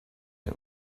him